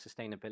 sustainability